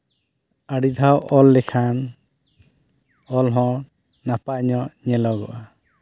ᱟᱹᱰᱤ ᱫᱷᱟᱣ ᱚᱞ ᱞᱮᱠᱷᱟᱱ ᱚᱞ ᱦᱚᱸ ᱱᱟᱯᱟᱭ ᱧᱚᱜ ᱧᱮᱞᱚᱜᱚ ᱟ